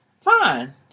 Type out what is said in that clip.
Fine